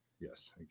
Yes